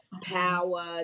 power